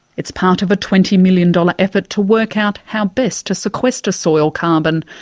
it's part of a twenty million dollars effort to work out how best to sequester soil carbon.